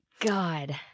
God